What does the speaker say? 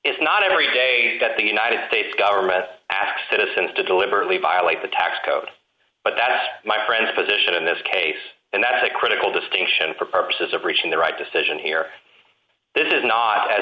is not every day that the united states government acts citizens to deliberately violate the tax code but that my friends position in this case and that is a critical distinction for purposes of reaching the right decision here this is not as